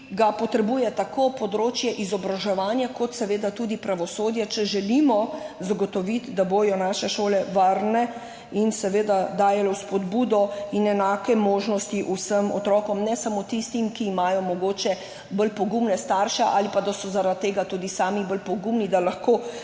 ga potrebuje tako področje izobraževanja kot seveda tudi pravosodje, če želimo zagotoviti, da bodo naše šole varne in seveda dajale spodbudo in enake možnosti vsem otrokom, ne samo tistim, ki imajo mogoče bolj pogumne starše ali pa so zaradi tega tudi sami bolj pogumni, da lahko